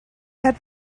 had